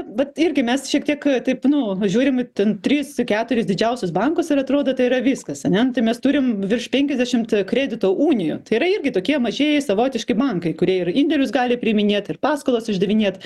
bet irgi mes šiek tiek taip nu žiūrim ten tris keturis didžiausius bankus ir atrodo tai yra viskas ane tai mes turim virš penkiasdešimt kredito unijų tai yra irgi tokie mažieji savotiškai bankai kurie ir indėlius gali priiminėt ir paskolas išdavinėt